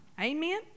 Amen